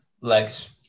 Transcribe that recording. legs